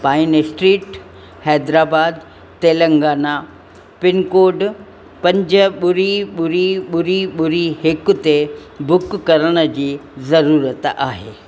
pine Street Hyderabad Telangana pin code पंज ॿुड़ी ॿुड़ी ॿुड़ी ॿुड़ी हिकु ते बुक करण जी ज़रूरत आहे